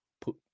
put